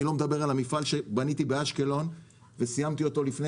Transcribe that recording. אני לא מדבר על המפעל שבניתי באשקלון וסיימתי אותו לפני